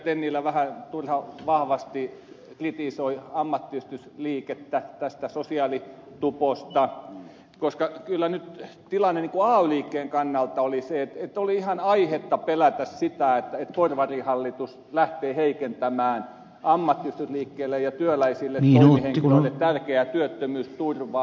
tennilä vähän turhan vahvasti kritisoi ammattiyhdistysliikettä tästä sosiaalituposta koska kyllä nyt tilanne ay liikkeen kannalta oli se että oli ihan aihetta pelätä sitä että porvarihallitus lähtee heikentämään ammattiyhdistysliikkeelle ja työläisille toimihenkilöille tärkeää työttömyysturvaa